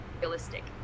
realistic